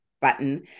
button